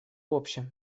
общем